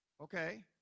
Okay